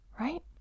Right